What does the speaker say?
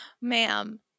ma'am